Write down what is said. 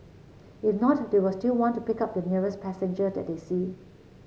if not they will still want to pick up the nearest passenger that they see